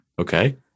Okay